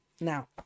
now